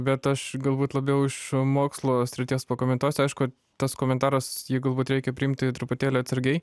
bet aš galbūt labiau iš mokslo srities pakomentuosiu aišku tas komentaras galbūt reikia priimti truputėlį atsargiai